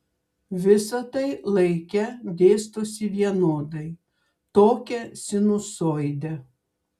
visa tai laike dėstosi vienodai tokia sinusoide